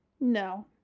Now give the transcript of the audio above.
No